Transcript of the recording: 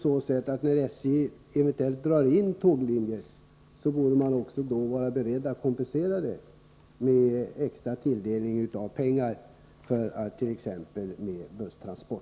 Om SJ gör neddragningar på vissa tåglinjer, borde man också vara beredd att kompensera kostnaderna för t.ex. busstransporter med en extra tilldelning av pengar.